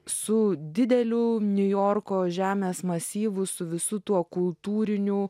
su dideliu niujorko žemės masyvu su visu tuo kultūrinių